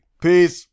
Peace